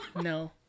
No